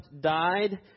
died